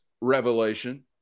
revelation